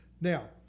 now